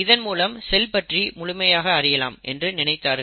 இதன் மூலம் செல் பற்றி முழுமையாக அறியலாம் என்று நினைத்தார்கள்